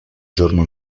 giorno